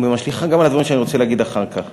ומשליכה גם על הדברים שאני רוצה להגיד אחר כך.